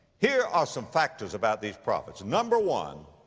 here are some factors about these prophets. number one,